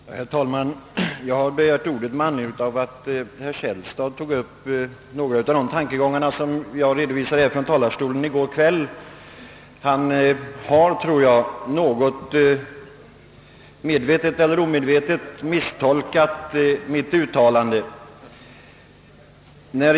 Herr talman! Jag har begärt ordet med anledning av att herr Källstad tog upp några av de tankegångar jag redovisade i går kväll. Jag tror att han — medvetet eller omedvetet — har misstolkat mitt uttalande.